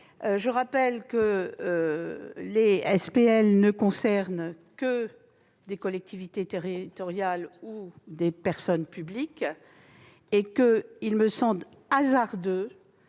Je rappelle que les SPL ne concernent que des collectivités territoriales ou des personnes publiques et qu'il me semble hasardeux,